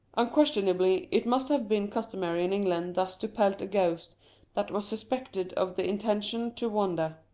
unquestionably it must have been customary in england thus to pelt a ghost that was suspected of the intention to wander.